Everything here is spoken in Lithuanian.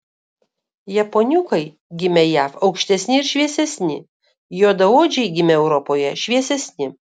japoniukai gimę jav aukštesni ir šviesesni juodaodžiai gimę europoje šviesesni